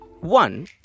One